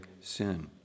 sin